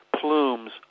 plumes